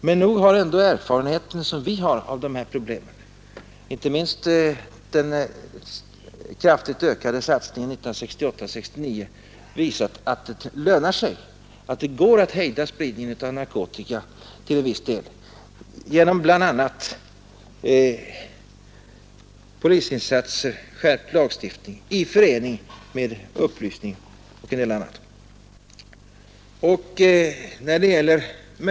Men nog har den erfarenhet som vi har av dessa problem, inte minst den kraftigt ökade satsningen 1968—1969, visat att det lönar sig, att det går att till en del hejda spridningen av narkotika genom bl.a. polisinsatser och skärpt lagstiftning i förening med andra åtgärder.